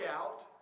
out